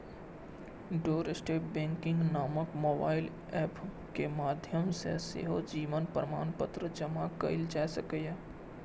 doorstep banking नामक mobile app के माध्यम सं सेहो जीवन प्रमाणपत्र जमा कैल जा सकैए